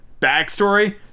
backstory